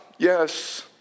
Yes